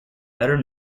better